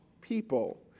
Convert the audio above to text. people